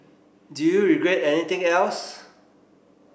do you regret anything else